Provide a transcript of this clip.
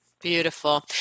Beautiful